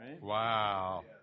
Wow